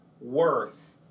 worth